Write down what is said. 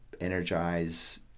energize